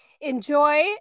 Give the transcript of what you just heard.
Enjoy